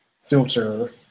filter